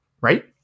Right